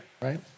Right